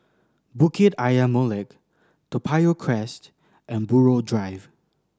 Bukit Ayer Molek Toa Payoh Crest and Buroh Drive